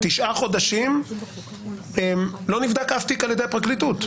תשעה חודשים לא נבדק שום תיק על ידי הפרקליטות.